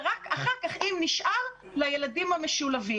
ורק אחר כך אם נשאר לילדים המשולבים.